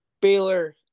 Baylor